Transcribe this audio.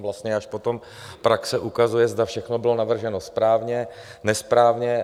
Ono vlastně až potom praxe ukazuje, zda všechno bylo navrženo správně, nesprávně.